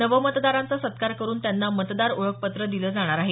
नव मतदारांचा सत्कार करून त्यांना मतदार ओळखपत्र दिलं जाणार आहे